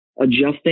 adjusting